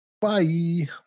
bye